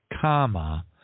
comma